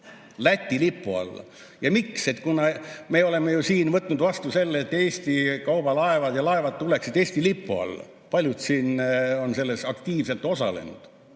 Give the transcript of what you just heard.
Läti lipu alla. Miks? Me oleme ju siin võtnud vastu selle, et Eesti kaubalaevad ja laevad tuleksid Eesti lipu alla, paljud siin on selles aktiivselt osalenud.